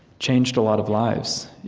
changed a lot of lives.